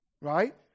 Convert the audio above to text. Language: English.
right